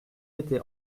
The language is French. été